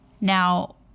Now